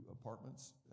apartments